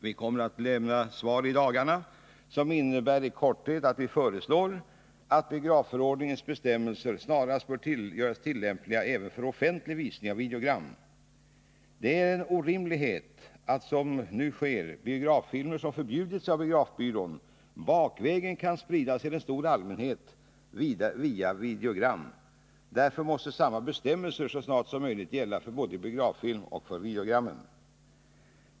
Vårt svar kommer i dagarna och innebär i korthet att biografförordningens bestämmelser snarast bör göras tillämpliga även för offentlig visning av videogram. Det är en orimlighet att, som nu sker, biograffilmer som förbjudits av biografbyrån bakvägen skall kunna spridas till en stor allmänhet via videogram. Därför måste samma bestämmelser så snart som möjligt gälla för både biograffilm och videogram.